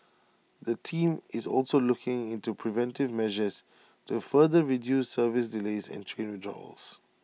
the team is also looking into preventive measures to further reduce service delays and train withdrawals